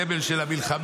סמל של המלחמה,